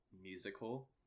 musical